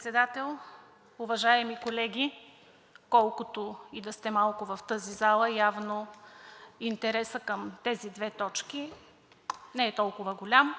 господин Председател, уважаеми колеги, колкото и да сте малко в тази зала! Явно интересът към тези две точки не е толкова голям,